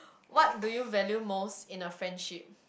what do you value most in a friendship